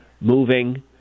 moving